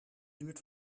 duurt